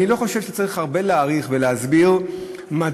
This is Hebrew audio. אני לא חושב שצריך להאריך הרבה ולהסביר מדוע